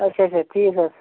اَچھا اَچھا ٹھیٖک حظ